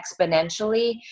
exponentially